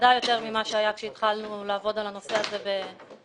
ודאי יותר ממה שהיה עת התחלנו לעבוד על הנושא הזה ב-2015,